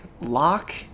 lock